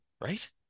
right